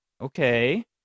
Okay